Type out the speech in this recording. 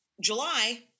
July